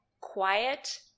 quiet